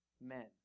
men